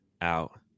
out